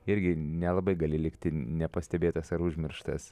irgi nelabai gali likti nepastebėtas ar užmirštas